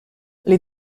les